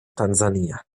tansania